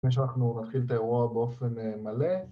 ‫לפני שאנחנו נתחיל את האירוע ‫באופן מלא.